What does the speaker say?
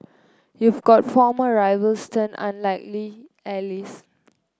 you've got former rivals turn unlikely